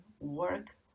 work